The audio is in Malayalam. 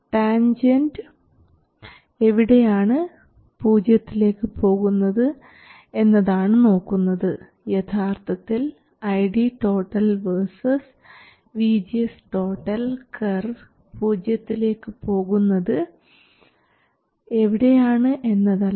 ടാൻജൻറ് എവിടെയാണ് പൂജ്യത്തിലേക്ക് പോകുന്നത് എന്നതാണ് നോക്കുന്നത് യഥാർത്ഥ ID vs VGS കർവ് പൂജ്യത്തിലേക്ക് പോകുന്നത് എവിടെയാണ് എന്നതല്ല